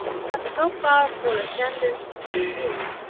has so powerful a tendency to him,